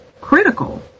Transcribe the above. critical